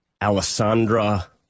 Alessandra